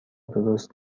درست